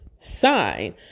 sign